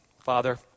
Father